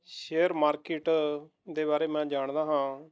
share market ਦੇ ਬਾਰੇ ਮੈਂ ਜਾਣਦਾ ਹਾਂ